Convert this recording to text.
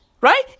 Right